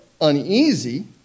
uneasy